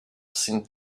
sind